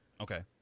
Okay